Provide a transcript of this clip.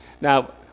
now